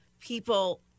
people